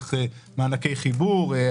דרך מענקי חיבור,